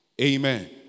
Amen